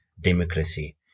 democracy